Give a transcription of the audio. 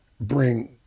bring